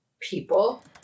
people